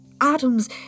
atoms